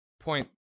point